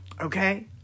okay